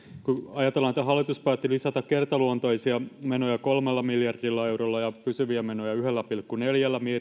ajatellaan sitä että hallitus päätti lisätä kertaluontoisia menoja kolmella miljardilla eurolla ja pysyviä menoja yhdellä pilkku neljällä